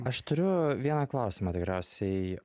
aš turiu vieną klausimą tikriausiai